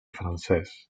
francès